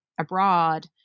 abroad